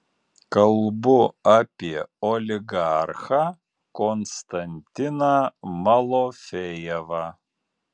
kalbu apie oligarchą konstantiną malofejevą